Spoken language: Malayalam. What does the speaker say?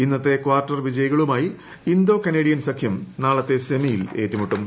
ഇന്നത്തെ കാർട്ടർ വിജയികളുമായി ഇന്തോ കനേഡിയൻ സഖ്യം നാളത്തെ സെമിയിൽ ഏറ്റുമുട്ടും